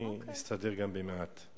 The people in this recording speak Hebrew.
אני אסתדר גם במעט.